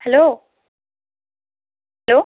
hello hello